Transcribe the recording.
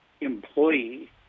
employee